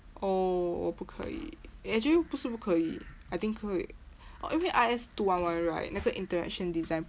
oh 我不可以 eh actually 不是不可以 I think 可以 I_S two one one right 那个 interaction design